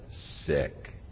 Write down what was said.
sick